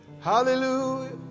Hallelujah